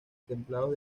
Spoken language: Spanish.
templados